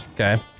Okay